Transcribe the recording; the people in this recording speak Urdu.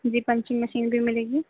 جی پنچنگ مشین بھی ملے گی